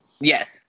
Yes